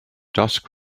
dusk